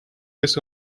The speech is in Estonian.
kes